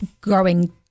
growing